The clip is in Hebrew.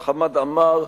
חמד עמאר,